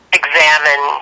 examine